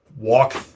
walk